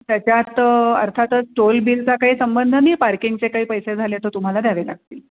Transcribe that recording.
त्याच्यात अर्थातच टोल बिलचा काय संबंध नाही पार्किंगचे काही पैसे झाले तर तुम्हाला द्यावे लागतील